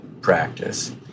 practice